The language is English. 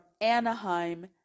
Anaheim